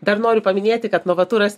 dar noriu paminėti kad novaturas